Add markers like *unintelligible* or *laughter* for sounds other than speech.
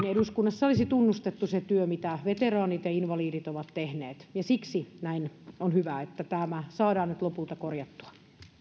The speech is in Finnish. *unintelligible* eduskunnassa olisi tunnustettu se työ mitä veteraanit ja invalidit ovat tehneet ja siksi näin on hyvä että tämä saadaan nyt lopulta korjattua ja